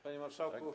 Panie Marszałku!